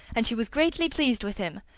and she was greatly pleased with him,